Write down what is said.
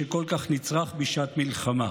שכל כך נצרך בשעת מלחמה,